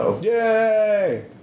Yay